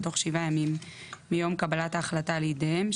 בתוך שבעה ימים מיום קבלת ההחלטה לידיהם,